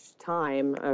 time